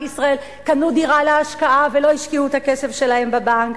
ישראל קנו דירה להשקעה ולא השקיעו את הכסף שלהם בבנק,